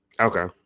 okay